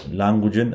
language